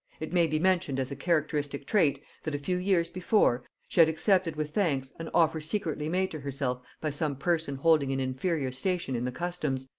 it may be mentioned as a characteristic trait, that a few years before, she had accepted with thanks an offer secretly made to herself by some person holding an inferior station in the customs,